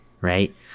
right